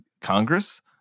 Congress